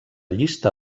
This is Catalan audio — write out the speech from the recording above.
llista